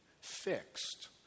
fixed